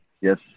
Yes